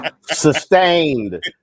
Sustained